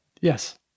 Yes